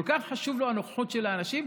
כל כך חשובה לו הנוכחות של האנשים,